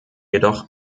jedoch